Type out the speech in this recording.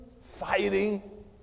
fighting